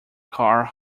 car